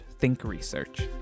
thinkresearch